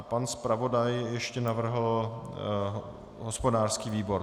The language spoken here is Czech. Pan zpravodaj ještě navrhl hospodářský výbor.